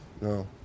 no